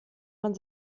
man